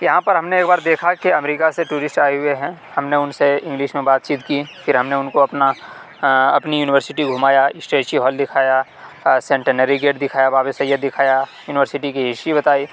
یہاں پر ہم نے ایک بار دیکھا کہ امریکہ سے ٹورسٹ آئے ہوئے ہیں ہم نے ان سے انگلش میں بات چیت کی پھر ہم نے ان کو اپنا اپنی یونیورسٹی گھمایا اسٹریچی ہال دکھایا سینٹنیری گیٹ دکھایا باب سید دکھایا یونیورسٹی کی ہسٹری بتائی